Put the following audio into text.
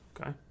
okay